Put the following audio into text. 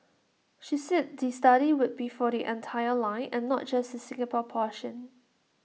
she said the study would be for the entire line and not just the Singapore portion